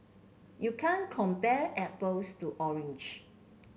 you can't compare apples to orange